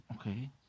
Okay